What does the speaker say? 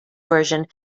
version